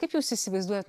kaip jūs įsivaizduojat